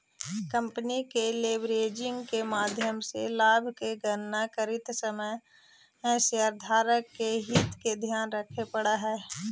company के leveraging के माध्यम से लाभ के गणना करित समय शेयरधारक के हित के ध्यान रखे पड़ऽ हई